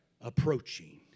approaching